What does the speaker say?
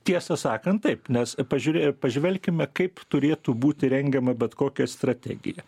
tiesą sakant taip nes pažiūrėję pažvelkime kaip turėtų būti rengiama bet kokia strategija